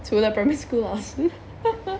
除了 primary school 老师